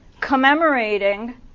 commemorating